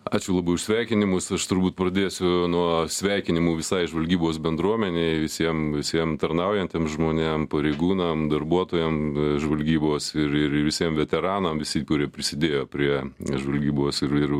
ačiū labai už sveikinimus aš turbūt pradėsiu nuo sveikinimų visai žvalgybos bendruomenei visiem visiem tarnaujantiem žmonėm pareigūnam darbuotojam žvalgybos ir ir ir visiem veteranam visi kurie prisidėjo prie žvalgybos ir ir